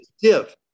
give